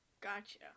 Gotcha